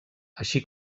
així